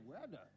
weather